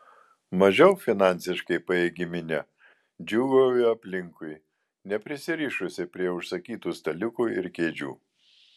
mažiau finansiškai pajėgi minia džiūgauja aplinkui neprisirišusi prie užsakytų staliukų ir kėdžių